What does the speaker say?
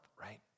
right